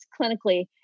clinically